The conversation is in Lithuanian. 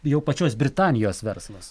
jau pačios britanijos verslas